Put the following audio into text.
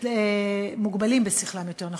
מוגבלים בשכלם, יותר נכון,